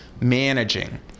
Managing